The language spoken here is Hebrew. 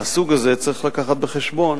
מהסוג הזה צריך להביא בחשבון